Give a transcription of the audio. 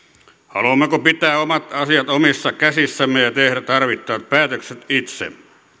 haluammeko pitää omat asiat omissa käsissämme ja tehdä tarvittavat päätökset itse